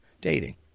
dating